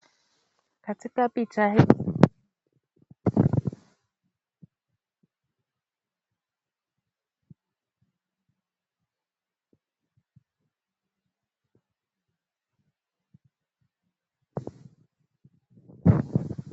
Katika picha hii,